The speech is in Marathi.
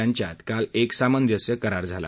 यांच्यात काल एक सामंजस्य करार झाला